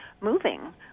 moving